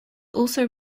also